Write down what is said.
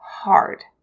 Hard